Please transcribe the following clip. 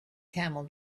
camel